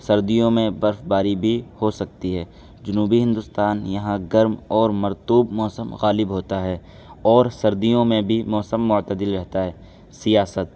سردیوں میں برف باری بھی ہو سکتی ہے جنوبی ہندوستان یہاں گرم اور مرطوب موسم غالب ہوتا ہے اور سردیوں میں بھی موسم معتدل رہتا ہے سیاست